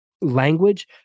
language